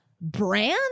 brand